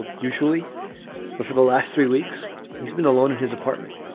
ah usually but for the last three weeks, he's been alone in his apartment